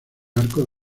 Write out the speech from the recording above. arcos